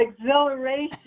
exhilaration